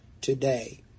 today